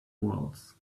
walls